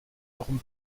warum